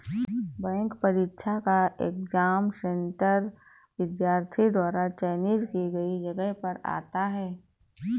bank परीक्षा का exam centre विद्यार्थी द्वारा चयनित की गई जगह पर आता है